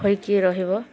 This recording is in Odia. ହୋଇକି ରହିବ